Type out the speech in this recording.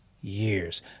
years